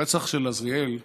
הרצח של עזריאל שבח,